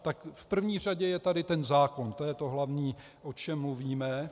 Tak v první řadě je tady ten zákon, to je to hlavní, o čem mluvíme.